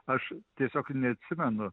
aš tiesiog neatsimenu